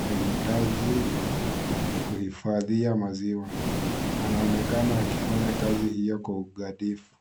kwenye taji la kuhifadhia maziwa. Anaonekana akifanya kazi hio kwa ugadhifu.